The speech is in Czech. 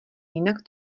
jinak